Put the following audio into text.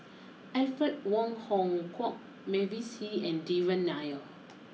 Alfred Wong Hong Kwok Mavis Hee and Devan Nair